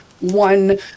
one